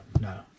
no